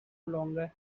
longer